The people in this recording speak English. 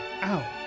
Ow